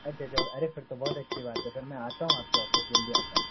अच्छा अच्छा अरे फिर तो बहुत अच्छी बात है फिर मै आता हूँ आपके औफिस जल्दी आता हूँ